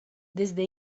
desde